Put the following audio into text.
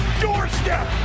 doorstep